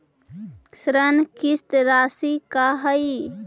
ऋण किस्त रासि का हई?